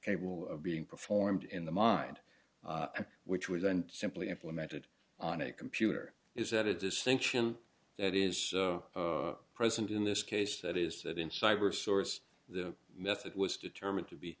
will of being performed in the mind which was then simply implemented on a computer is that a distinction that is present in this case that is that in cyber source the method was determined to be